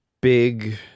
big